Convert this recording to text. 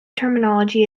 terminology